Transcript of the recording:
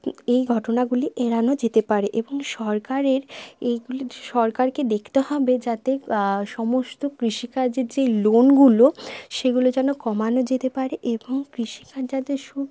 এই ঘটনাগুলি এড়ানো যেতে পারে এবং সরকারের এইগুলি সরকারকে দেখতে হবে যাতে সমস্ত কৃষিকাজের যেই লোনগুলো সেগুলো যেন কমানো যেতে পারে এবং কৃষিকাজ যাতে সব